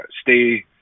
stay